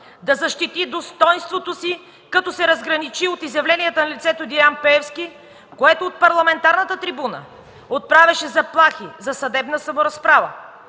да защити достойнството си, като се разграничи от изявленията на лицето Делян Пеевски, което от парламентарната трибуна отправяше заплахи за съдебна саморазправа.